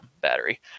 battery